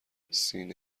سینه